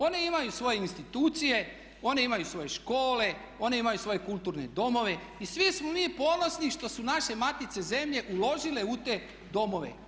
One imaju svoje institucije, one imaju svoje škole, one imaju svoje kulturne domove i svi smo mi ponosni što su naše matice zemlje uložile u te domove.